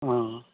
অঁ